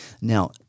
Now